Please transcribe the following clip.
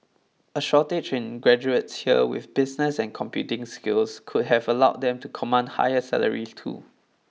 a shortage in graduates here with business and computing skills could have allowed them to command higher salaries too